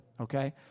Okay